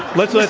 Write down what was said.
let's like